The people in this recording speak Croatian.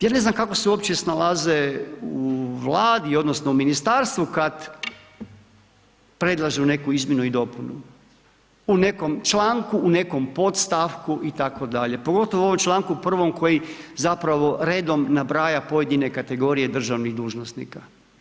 Ja ne znam kako se uopće snalaze u Vladi, odnosno u ministarstvu kada predlažu neku izmjenu i dopunu, u nekom članku, u nekom podstavku itd. pogotovo u ovom članku 1. koji zapravo redom nabraja pojedine kategorije državnih dužnosnika.